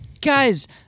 Guys